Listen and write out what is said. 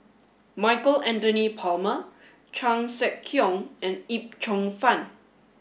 Michael Anthony Palmer Chan Sek Keong and Yip Cheong Fun